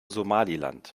somaliland